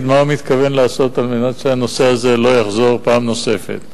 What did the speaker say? מה הוא מתכוון לעשות על מנת שהנושא הזה לא יחזור פעם נוספת.